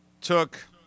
took